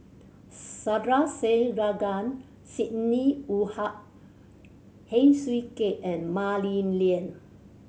Sandrasegaran Sidney Woodhull Heng Swee Keat and Mah Li Lian